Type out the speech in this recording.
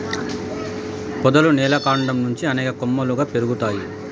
పొదలు నేల కాండం నుంచి అనేక కొమ్మలుగా పెరుగుతాయి